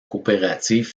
coopérative